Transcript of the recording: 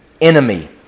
enemy